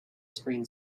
screen